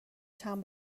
چند